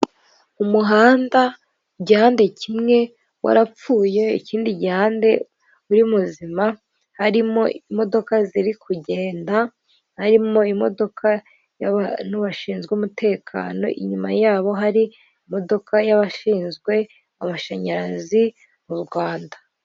Umuhanda igihande kimwe warapfuye ikindi gihande uri muzima, harimo imodoka ziri kugenda, harimo imodoka y'abantu bashinzwe umutekano, inyuma yabo hari imodoka y'abashinzwe amashanyarazi mu Rwanda.